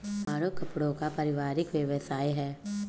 हमारा कपड़ों का पारिवारिक व्यवसाय है